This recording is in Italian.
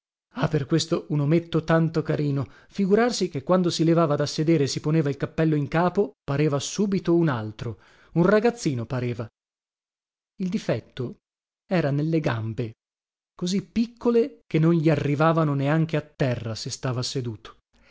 ah per questo un ometto tanto carino figurarsi che quando si levava da sedere e si poneva il cappello in capo pareva subito un altro un ragazzino pareva il difetto era nelle gambe così piccole che non gli arrivavano neanche a terra se stava seduto